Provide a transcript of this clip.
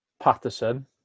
Patterson